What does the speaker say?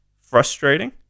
frustrating